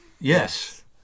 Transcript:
Yes